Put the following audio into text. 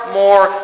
more